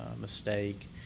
mistake